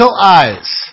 eyes